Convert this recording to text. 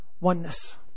Oneness